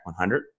100